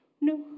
No